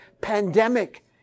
pandemic